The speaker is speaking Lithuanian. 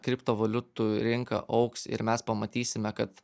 kriptovaliutų rinka augs ir mes pamatysime kad